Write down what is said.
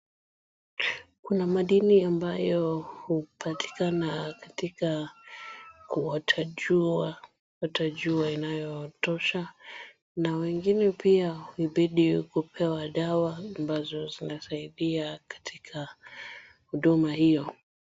Kuna madini ambayo hupatikana katika kuota jua inayotosha na wengine pia hubidi kupewa dawa zinazosaidia katika huduma hiyo.